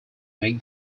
make